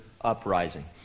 Uprising